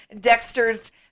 Dexter's